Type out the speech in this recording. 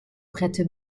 prête